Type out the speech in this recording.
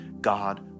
god